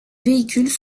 véhicules